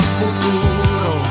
futuro